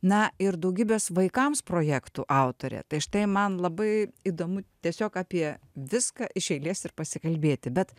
na ir daugybės vaikams projektų autorė tai štai man labai įdomu tiesiog apie viską iš eilės ir pasikalbėti bet